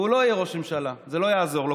והוא לא יהיה ראש ממשלה, זה לא יעזור לו.